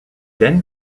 then